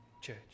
church